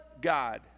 God